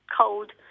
cold